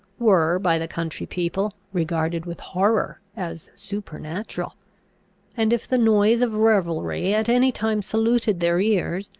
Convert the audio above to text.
were, by the country people, regarded with horror as supernatural and if the noise of revelry at any time saluted their ears,